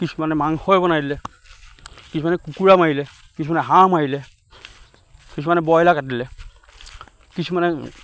কিছুমানে মাংসই বনাই দিলে কিছুমানে কুকুৰা মাৰিলে কিছুমানে হাঁহ মাৰিলে কিছুমানে ব্ৰয়লাৰ কাটিলে কিছুমানে